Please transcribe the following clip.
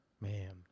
Man